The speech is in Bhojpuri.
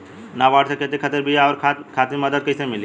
नाबार्ड से खेती खातिर बीया आउर खाद खातिर मदद कइसे मिली?